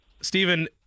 Stephen